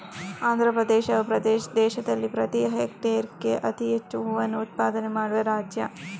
ಆಂಧ್ರಪ್ರದೇಶವು ದೇಶದಲ್ಲಿ ಪ್ರತಿ ಹೆಕ್ಟೇರ್ಗೆ ಅತಿ ಹೆಚ್ಚು ಹೂವನ್ನ ಉತ್ಪಾದನೆ ಮಾಡುವ ರಾಜ್ಯ